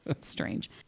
strange